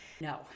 No